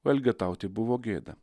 o elgetauti buvo gėda